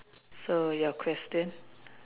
so your question